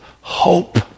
hope